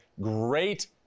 great